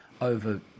over